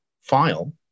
file